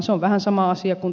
se on vähän sama asia kun